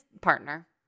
partner